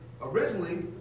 originally